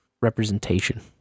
representation